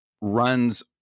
runs